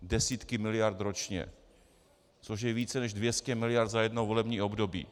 Desítky miliard ročně, což je více než 200 mld. za jedno volební období.